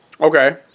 Okay